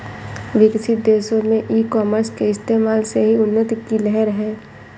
विकसित देशों में ई कॉमर्स के इस्तेमाल से ही उन्नति की लहर है